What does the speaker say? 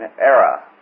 era